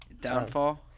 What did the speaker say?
Downfall